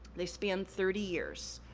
they spanned thirty years,